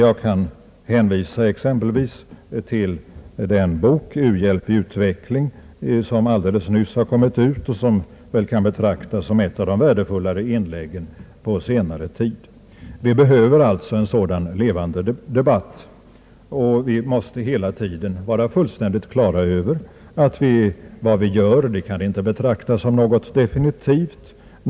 Jag kan exempelvis hänvisa till den bok »U-hjälp i utveckling» som alldeles nyss har kommit ut och som väl kan betraktas som ett av de värdefullare inläggen på senare tid. Vi behöver alltså en sådan levande debatt och måste hela tiden vara fullständigt på det klara med att vad vi gör inte kan betraktas som något definitivt.